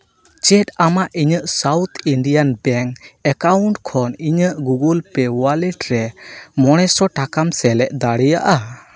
ᱪᱮᱫ ᱟᱢᱟᱜ ᱤᱧᱟᱹᱜ ᱥᱟᱣᱩᱛᱷ ᱤᱱᱰᱤᱭᱟᱱ ᱵᱮᱝᱠ ᱮᱠᱟᱣᱩᱱᱴ ᱠᱷᱚᱱ ᱤᱧᱟᱹᱜ ᱜᱩᱜᱳᱞ ᱯᱮ ᱳᱣᱟᱞᱮᱴ ᱨᱮ ᱢᱚᱬᱮ ᱥᱚ ᱴᱟᱠᱟᱢ ᱥᱮᱞᱮᱫ ᱫᱟᱲᱮᱭᱟᱜᱼᱟ